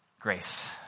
Grace